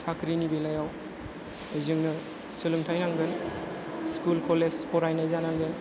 साख्रिनि बेलायाव जोंनो सोलोंथाय नांगोन स्कुल कलेज फरायनाय जानांगोन